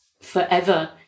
forever